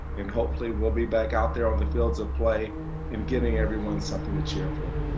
and hopefully, we'll be back out there on the fields of play and giving everyone something to cheer for.